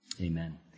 Amen